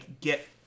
get